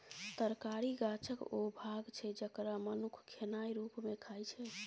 तरकारी गाछक ओ भाग छै जकरा मनुख खेनाइ रुप मे खाइ छै